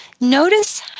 Notice